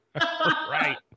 right